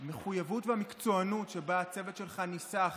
המחויבות והמקצוענות שבהן הצוות שלך ניסח